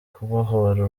kubohora